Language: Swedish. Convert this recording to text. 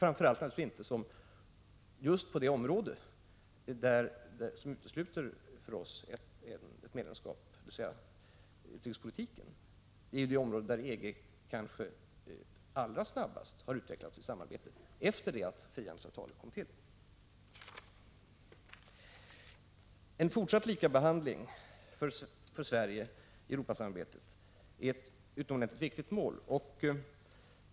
Framför allt gäller detta naturligtvis just det område som utesluter ett medlemskap för oss, dvs. utrikespolitiken. Detta är ju det område där EG kanske allra snabbast har utvecklat sitt samarbete efter det att frihandelsavtalet kom till. En fortsatt likabehandling för Sverige i Europasamarbetet är ett utomordentligt viktigt mål.